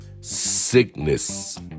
Sickness